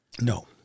No